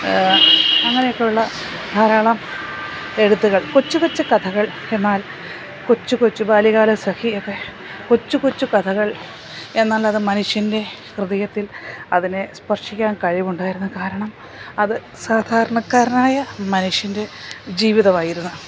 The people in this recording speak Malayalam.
അങ്ങനെയൊക്കെയുള്ള ധാരാളം എഴുത്തുകൾ കൊച്ചുകൊച്ചു കഥകൾ എന്നാൽ കൊച്ചുകൊച്ചു ബാല്യകാല സഖിയൊക്കെ കൊച്ചുകൊച്ചു കഥകൾ എന്നാൽ അത് മനുഷ്യൻ്റെ ഹൃദയത്തിൽ അതിനെ സ്പർശിക്കാൻ കഴിവുണ്ടായിരുന്നു കാരണം അത് സാധാരണക്കാരനായ മനുഷ്യൻ്റെ ജീവിതമായിരുന്നു